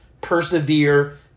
persevere